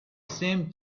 same